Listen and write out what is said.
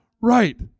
right